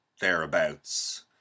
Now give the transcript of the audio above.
thereabouts